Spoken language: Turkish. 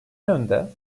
yönde